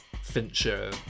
Fincher